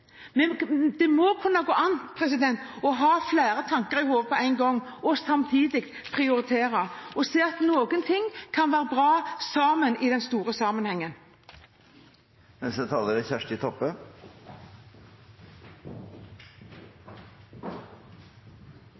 Det må kunne gå an å ha flere tanker i hodet på en gang og samtidig prioritere og se at noen ting kan være bra – sammen – i den store sammenhengen.